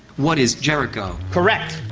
what is jericho. correct.